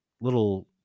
little